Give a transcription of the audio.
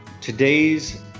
today's